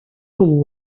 full